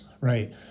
Right